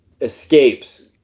escapes